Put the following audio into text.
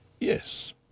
Yes